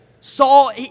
Saul